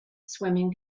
swimming